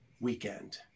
weekend